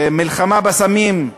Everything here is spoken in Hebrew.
מלחמה בסמים,